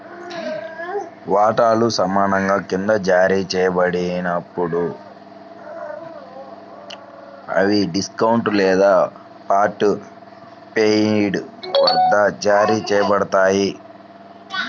వాటాలు సమానంగా క్రింద జారీ చేయబడినప్పుడు, అవి డిస్కౌంట్ లేదా పార్ట్ పెయిడ్ వద్ద జారీ చేయబడతాయి